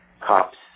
cops